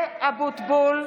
אבוטבול,